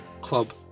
club